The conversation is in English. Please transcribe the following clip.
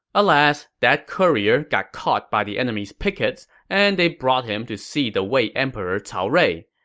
alas, that courier got caught by the enemy's pickets, and they brought him to see the wei emperor cao rui.